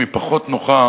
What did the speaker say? היא פחות נוחה